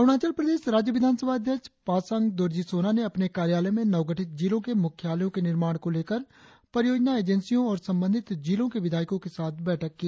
अरुणाचल प्रदेश राज्य विधानसभा अध्यक्ष पासांग दोरजी सोना ने अपने कार्यालय में नवगठित जिलों के मुख्यालयों के निर्माण को लेकर परियोजना एजेंसियों और संबंधित जिलों के विधायकों के साथ बैठक की